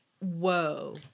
Whoa